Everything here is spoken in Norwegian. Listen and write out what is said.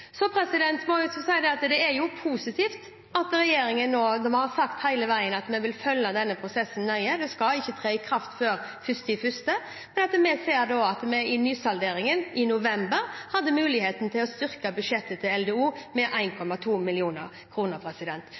så da følger pengene oppgavene. Så jeg må si at det er positivt at regjeringen, som hele veien har sagt at den vil følge denne prosessen nøye – dette skal ikke tre i kraft før 1. januar – i nysalderingen i november hadde muligheten til å styrke budsjettet til LDO med